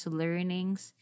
learnings